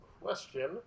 question